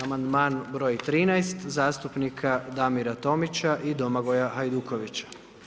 Amandman broj 13.zastupnika Damira Tomića i Domagoja Hajdukovića.